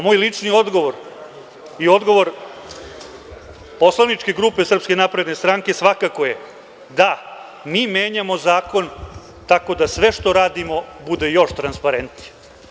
Moj lični odgovor i odgovor poslaničke grupe SNS svakako je da mi menjamo zakon tako da sve što radimo bude još transparentnije.